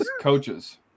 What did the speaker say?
coaches